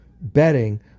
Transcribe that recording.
betting